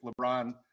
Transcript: LeBron